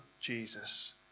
Jesus